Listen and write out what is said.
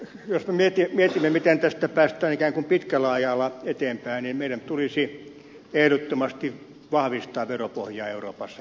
jos me mietimme miten tästä päästään ikään kuin pitkällä ajalla eteenpäin niin meidän tulisi ehdottomasti vahvistaa veropohjaa euroopassa